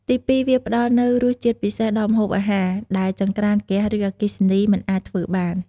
ទីពីរ វាផ្ដល់នូវរសជាតិពិសេសដល់ម្ហូបអាហារ ដែលចង្ក្រានហ្គាស ឬអគ្គិសនីមិនអាចធ្វើបាន។